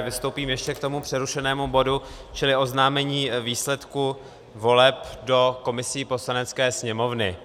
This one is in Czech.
Já jen vystoupím ještě k tomu přerušenému bodu, čili oznámení výsledku voleb do komisí Poslanecké sněmovny.